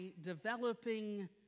developing